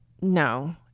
no